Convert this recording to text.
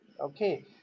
Okay